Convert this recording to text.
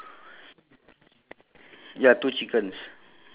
how come yours eight